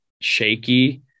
shaky